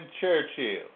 Churchill